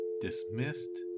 dismissed